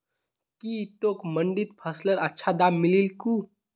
की तोक मंडीत फसलेर अच्छा दाम मिलील कु